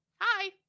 hi